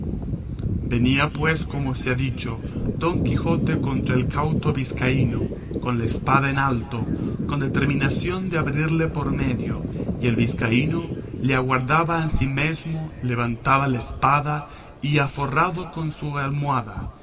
venía pues como se ha dicho don quijote contra el cauto vizcaíno con la espada en alto con determinación de abrirle por medio y el vizcaíno le aguardaba ansimesmo levantada la espada y aforrado con su almohada